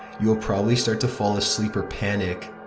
you will probably start to fall asleep or panic.